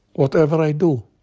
whatever i do.